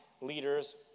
leaders